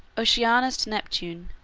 oceanus to neptune,